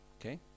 Okay